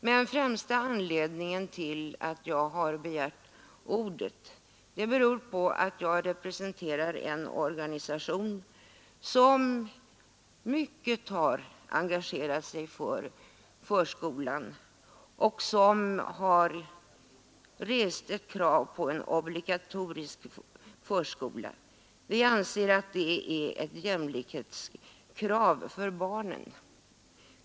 Men den främsta anledningen till att jag har begärt ordet är att jag representerar en organisation som har engagerat sig mycket för förskolan och som har rest krav på en obligatorisk förskola. Vi anser att det är ett jämlikhetskrav för barnen.